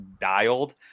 dialed